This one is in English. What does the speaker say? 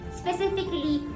specifically